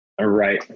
Right